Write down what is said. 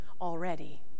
already